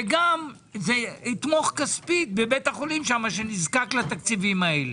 וגם זה יתמוך כספית בבית החולים שם שנזקק לתקציבים האלה.